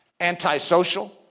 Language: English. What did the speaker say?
antisocial